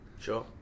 Sure